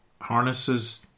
Harnesses